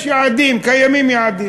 יש יעדים, קיימים יעדים.